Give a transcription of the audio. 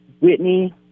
Whitney